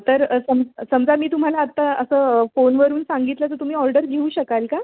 तर सम समजा मी तुम्हाला आत्ता असं फोनवरून सांगितलं तर तुम्ही ऑर्डर घेऊ शकाल का